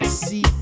see